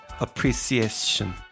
Appreciation